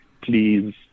please